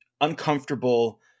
uncomfortable